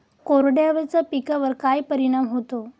कोरड्या हवेचा पिकावर काय परिणाम होतो?